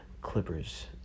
Clippers